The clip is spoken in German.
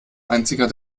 einziger